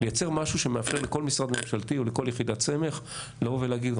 לייצר משהו שמאפשר לכל משרד ממשלתי ולכל יחידת סמך לבוא ולהגיד,